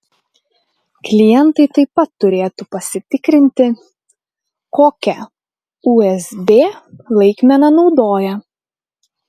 klientai taip pat turėtų pasitikrinti kokią usb laikmeną naudoja